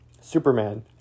Superman